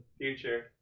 future